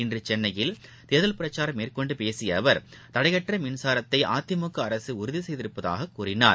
இன்றுசென்னையில் பிரச்சாரம் மேற்கொண்டுபேசியஅவர் தடையற்றமின்சாரத்தைஅதிமுகஅரசுஉறுதிசெய்திருப்பதாககூறினார்